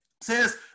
says